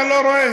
אתה לא רואה?